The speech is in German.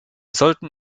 sollten